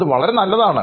അത് വളരെ നല്ലതാണ്